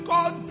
God